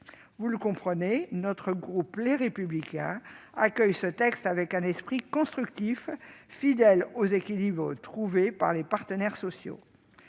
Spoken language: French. Vous l'avez compris : les élus du groupe Les Républicains accueillent ce texte avec un esprit constructif et fidèle aux équilibres trouvés par les partenaires sociaux.